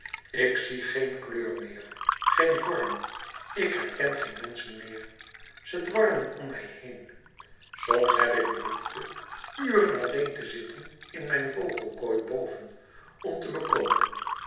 ik zie geen kleur meer geen vorm ik herken geen menschen meer ze dwarrelen zoo om mij heen soms heb ik behoefte uren alleen te zitten in mijn vogelkooi boven om te bekomen